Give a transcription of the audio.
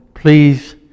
please